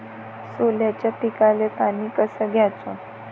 सोल्याच्या पिकाले पानी कस द्याचं?